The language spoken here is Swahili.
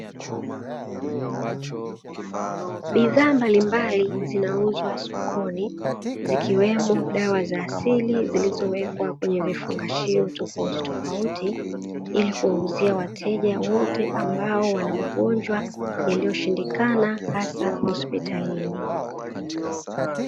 Bidhaa mbalimbali zinauzwa sokoni zikiwemo dawa za asili zilizowekwa kwenye vifungashio tofautitofauti, ili kuwauzia wateja wote ambao wana magonjwa yaliyoshindikana hasa hospitalini.